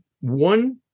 one